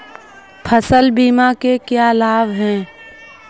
फसल बीमा के क्या लाभ हैं?